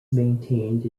maintained